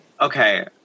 Okay